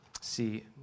see